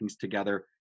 together